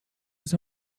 his